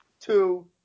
two